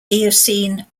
eocene